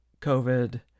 COVID